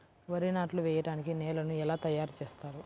వరి నాట్లు వేయటానికి నేలను ఎలా తయారు చేస్తారు?